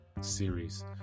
series